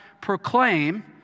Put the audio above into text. proclaim